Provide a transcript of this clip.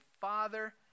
father